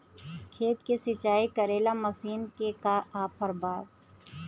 खेत के सिंचाई करेला मशीन के का ऑफर बा?